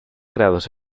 creados